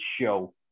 show